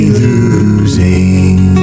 losing